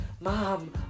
mom